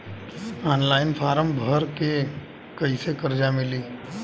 Online form भर के कैसे कर्जा मिली?